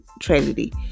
tragedy